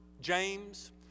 James